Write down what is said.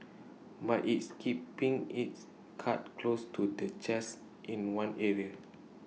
but IT is keeping its cards close to the chest in one area